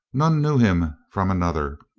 none knew him from another,